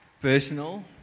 personal